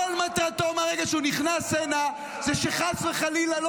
כל מטרתו מהרגע שהוא נכנס הנה היא שחס וחלילה לא